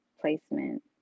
placement